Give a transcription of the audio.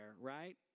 right